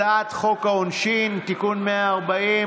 הצעת חוק העונשין (תיקון 140,